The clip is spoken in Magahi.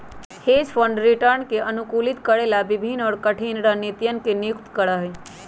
हेज फंड रिटर्न के अनुकूलित करे ला विभिन्न और कठिन रणनीतियन के नियुक्त करा हई